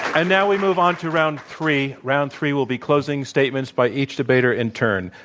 and now we move on to round three. round three will be closing statements by each debater in turn.